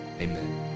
Amen